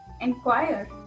inquire